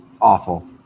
awful